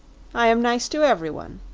i am nice to everyone,